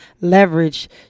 leverage